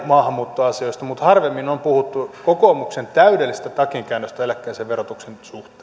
maahanmuuttoasioista mutta harvemmin on puhuttu kokoomuksen täydellisestä takinkäännöstä eläkkeensaajan verotuksen suhteen